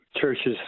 Churches